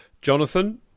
Jonathan